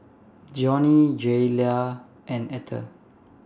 Johnny Jayla and Etter